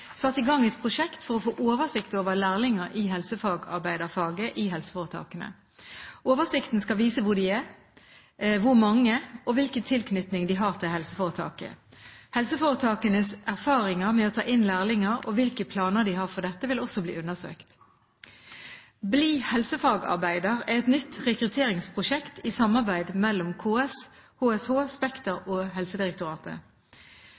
satt i gang et prosjekt for å få oversikt over lærlinger i helsefagarbeiderfaget i helseforetakene. Oversikten skal vise hvor de er, hvor mange de er, og hvilken tilknytning de har til helseforetaket. Helseforetakenes erfaringer med å ta inn lærlinger og hvilke planer de har for dette, vil også bli undersøkt. «Bli helsefagarbeider» er et nytt rekrutteringsprosjekt i samarbeid mellom KS, HSH, Spekter